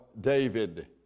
David